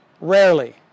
rarely